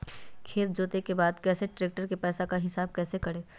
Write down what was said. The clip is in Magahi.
खेत जोते के बाद कैसे ट्रैक्टर के पैसा का हिसाब कैसे करें?